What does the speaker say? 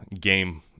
game